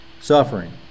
Suffering